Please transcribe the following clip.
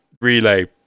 relay